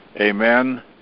Amen